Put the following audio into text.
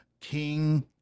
king